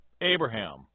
Abraham